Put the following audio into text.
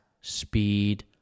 speed